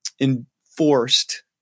enforced